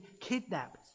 kidnapped